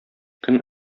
көн